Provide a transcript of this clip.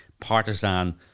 partisan